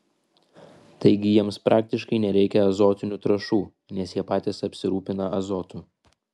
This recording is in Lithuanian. taigi jiems praktiškai nereikia azotinių trąšų nes jie patys apsirūpina azotu